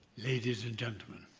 ladies and gentlemen.